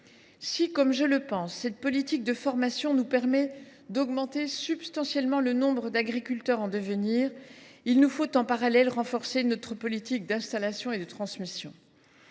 Si, comme je le pense, cette politique de formation nous permet d’augmenter substantiellement le nombre d’agriculteurs en devenir, il nous faut en parallèle renforcer notre politique d’installation et de transmission.